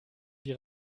die